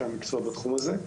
אנשי המקצוע בתחום הזה.